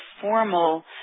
formal